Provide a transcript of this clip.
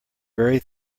very